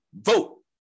vote